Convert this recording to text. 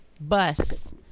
bus